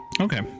Okay